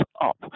up